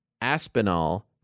Aspinall